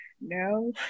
No